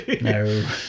No